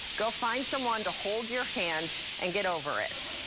go find someone to hold your hand and get over it.